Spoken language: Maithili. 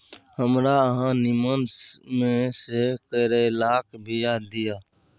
हमरा अहाँ नीमन में से करैलाक बीया दिय?